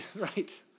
Right